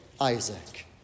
Isaac